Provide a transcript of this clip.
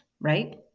right